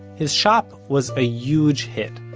his shop was a huge hit,